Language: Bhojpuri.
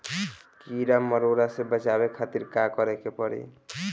कीड़ा मकोड़ा से बचावे खातिर का करे के पड़ी?